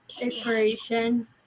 inspiration